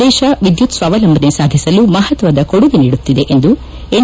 ದೇಶ ವಿದ್ಯುತ್ ಸ್ವಾವಲಂಬನ ಸಾಧಿಸಲು ಮಹತ್ವದ ಕೊಡುಗೆ ನೀಡುತ್ತಿದೆ ಎಂದು ಎನ್